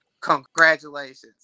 Congratulations